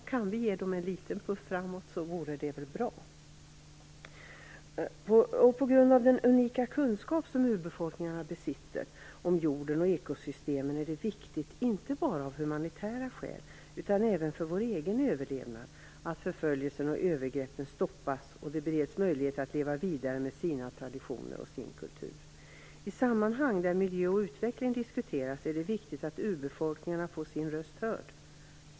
Om vi kan ge dem en liten puff framåt vore det väl bra. På grund av den unika kunskap som urbefolkningarna besitter om jorden och ekosystemen är det viktigt, inte bara av humanitära skäl, utan även för vår egen överlevnad att förföljelserna och övergreppen stoppas och att de bereds möjlighet att leva vidare med sina traditioner och sin kultur. I sammanhang där miljö och utveckling diskuteras är det viktigt att urbefolkningarna får göra sin röst hörd.